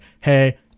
hey